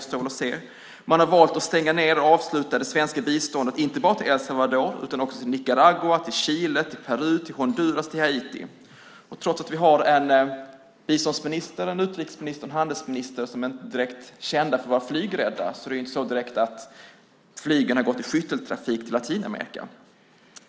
Man har valt att avsluta det svenska biståndet inte bara till El Salvador utan också till Nicaragua, Chile, Peru, Honduras och Haiti. Trots att vi har en biståndsminister, en utrikesminister och en handelsminister som inte direkt är kända för att vara flygrädda är det inte så att flygen har gått i skytteltrafik till Latinamerika.